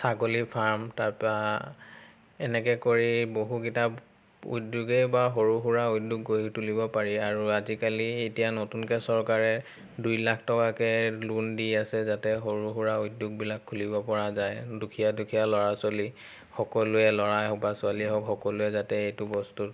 ছাগলী ফাৰ্ম তাৰপা এনেকে কৰি বহু কেইটা উদ্যোগে বা সৰু সুৰা উদ্যোগ গঢ়ি তুলিব পাৰি আৰু আজিকালি এতিয়া নতুনকে চৰকাৰে দুই লাখ টকাকে লোন দি আছে যাতে সৰু সুৰা উদ্যোগবিলাক খুলিব পৰা যায় দুখীয়া দুখীয়া ল'ৰা ছোৱালী সকলোৱে ল'ৰাই হওক বা ছোৱালীয়ে হওক সকলোৱে যাতে এইটো বস্তু